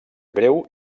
breu